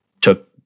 took